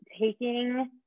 taking